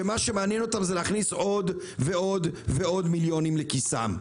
שמה שמעניין אותם זה להכניס עוד ועוד ועוד מיליונים לכיסם.